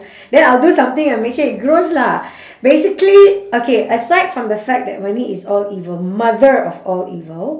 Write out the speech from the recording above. then I'll do something and make sure it grows lah basically okay aside from the fact that money is all evil mother of all evil